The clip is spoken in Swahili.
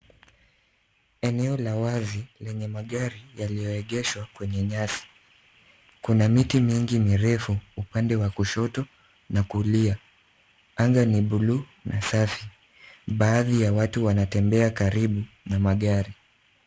Eneo la wazi lenye magari yaliyoegeshwa kwenye nyasi. Kuna miti mingi mirefu upande wa kushoto na kulia. Anga ni buluu na safi. Baadhi ya watu wanatembea karibu na magari.